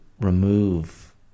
remove